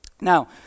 Now